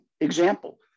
example